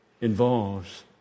Involves